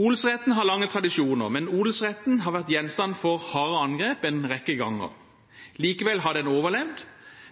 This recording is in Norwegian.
Odelsretten har lange tradisjoner, men odelsretten har vært gjenstand for harde angrep en rekke ganger. Likevel har den overlevd.